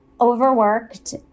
overworked